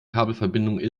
kabelverbindungen